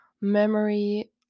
memory